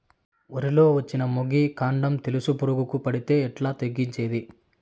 వరి లో వచ్చిన మొగి, కాండం తెలుసు పురుగుకు పడితే ఎట్లా తగ్గించేకి?